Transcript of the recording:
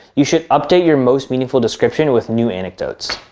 you should update your most meaningful description with new anecdotes.